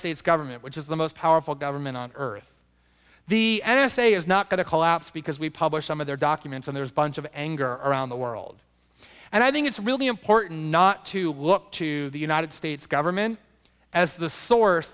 states government which is the most powerful government on earth the n s a is not going to collapse because we publish some of their documents and there's a bunch of anger around the world and i think it's really important not to look to the united states government as the source